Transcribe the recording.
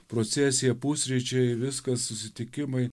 procesija pusryčiai viskas susitikimai